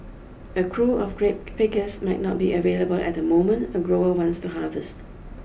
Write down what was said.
a crew of grape pickers might not be available at the moment a grower wants to harvest